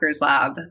lab